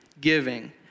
giving